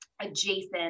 adjacent